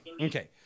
Okay